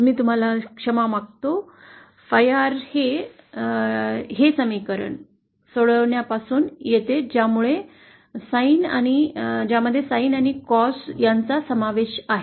मी तुम्हाला क्षमा मागत आहे Phi r हे समीकरण सोडवण्यापासून येते ज्यामुळे Sin आणि Cos यांचा समावेश आहे